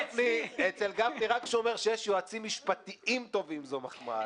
אצל גפני רק כשהוא אומר שיש יועצים משפטיים טובים זו מחמאה.